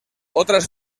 otras